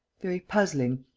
very puzzling.